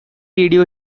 radio